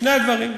שני הדברים.